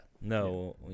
no